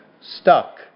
stuck